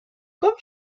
comme